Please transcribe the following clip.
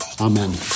Amen